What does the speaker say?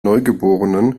neugeborenen